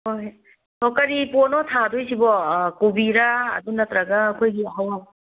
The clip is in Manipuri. ꯍꯣꯏ ꯑꯣ ꯀꯔꯤ ꯄꯣꯠꯅꯣ ꯊꯥꯗꯣꯏꯁꯤꯕꯣ ꯀꯣꯕꯤꯔꯥ ꯑꯗꯨ ꯅꯠꯇ꯭ꯔꯒ ꯑꯩꯈꯣꯏꯒꯤ ꯍꯋꯥꯏ